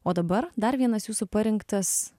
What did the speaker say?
o dabar dar vienas jūsų parinktas